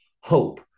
hope